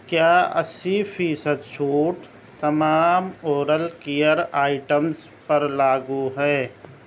کیا اسی فیصد چھوٹ تمام اورل کیئر آئٹمس پر لاگو ہے